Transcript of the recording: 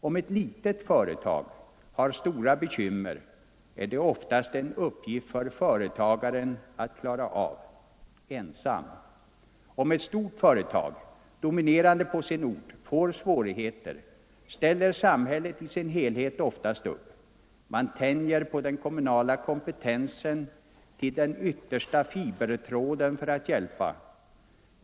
Om ett litet företag har stora bekymmer är det oftast en uppgift för företagaren att klara av — ensam. Om ett stort företag, dominerande på sin ort, får svårigheter, ställer samhället i sin helhet ofta upp. Man tänjer på den kommunala kompetensen ut till den yttersta fibertråden för att hjälpa.